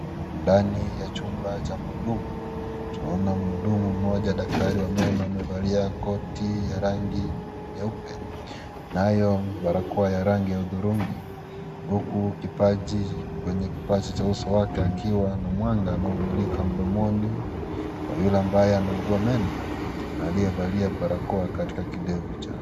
Ndani ya chumba cha mhudumu, tunaona mhudumu mmoja daktari wa meno amevalia koti ya rangi nyeupe, nayo barakoa ya rangi ya hudhurungi, huku kwenye kipaji cha uso wake akiwa na mwanga anaomulika mdomoni kwa yule ambaye anaugua meno, aliyevalia barakoa katika kidevu chake.